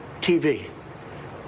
TV